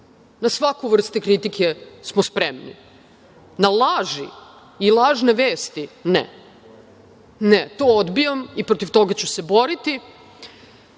na svaku vrstu kritike smo spremni. Na laži i lažne vesti ne. Ne, to odbijam i protiv toga ću se boriti